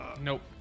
Nope